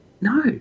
no